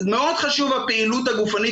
מאוד חשובה הפעילות הגופנית,